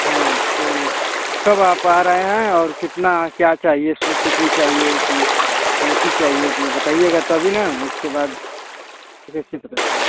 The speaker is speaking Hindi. हाँ तो अ कब आप आ रहें हैं और कितना क्या चाहिए सु सिकड़ी चाहिए कि अंगूठी चाहिए कि बताइएगा तभी न इसके बाद कैसे पता चलेगा